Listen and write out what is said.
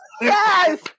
Yes